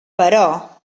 però